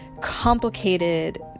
complicated